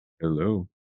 Hello